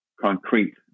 concrete